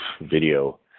video